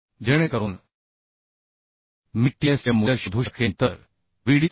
जेणेकरून मी ts चे मूल्य शोधू शकेन तर Vd 34